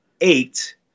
eight